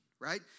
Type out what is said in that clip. Right